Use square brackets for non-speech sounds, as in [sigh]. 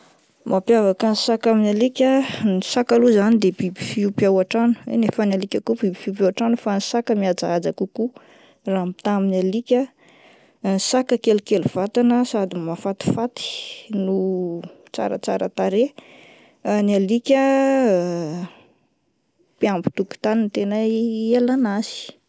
Mampiavaka ny saka amin'ny alika ah, ny saka aloha zany dia biby fiompy ao an-trano, eny eh ny alika koa biby fiompy ao an-trano fa ny saka mihajahaja kokoa raha mitaha amin'ny alika, ny saka kelikely vatana sady mahafatifaty no tsaratsara tarehy, [hesitation] ny alika [hesitation] mpiambi-tokotany no tena i- ilaina azy.